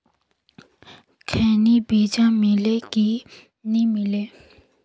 खैनी बिजा मिले कि नी मिले?